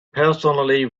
personally